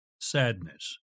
sadness